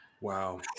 wow